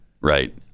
Right